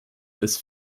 this